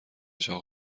چاق